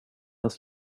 ens